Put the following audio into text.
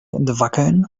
entwackeln